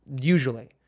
usually